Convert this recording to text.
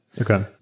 Okay